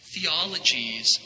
Theologies